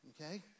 okay